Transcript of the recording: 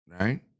Right